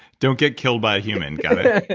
don't get killed by a human, got yeah